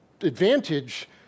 advantage